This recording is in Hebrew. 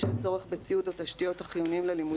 בשל צורך בציוד או בתשתיות החיוניים ללימודים".